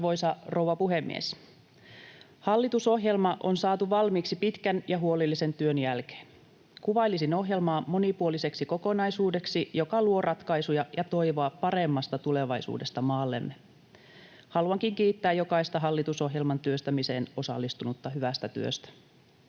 Arvoisa rouva puhemies! Hallitusohjelma on saatu valmiiksi pitkän ja huolellisen työn jälkeen. Kuvailisin ohjelmaa monipuoliseksi kokonaisuudeksi, joka luo ratkaisuja ja toivoa paremmasta tulevaisuudesta maallemme. Haluankin kiittää jokaista hallitusohjelman työstämiseen osallistunutta hyvästä työstä.